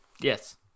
Yes